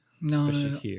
No